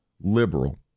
liberal